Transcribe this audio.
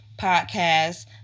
podcast